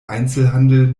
einzelhandel